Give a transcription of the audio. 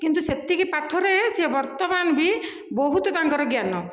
କିନ୍ତୁ ସେତିକି ପାଠରେ ସିଏ ବର୍ତ୍ତମାନ ବି ବହୁତ ତାଙ୍କର ଜ୍ଞାନ